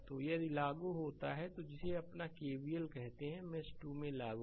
तो यदि लागू होता है तो जिसे अपना केवीएल कहते हैं मेष 2 में लागू करें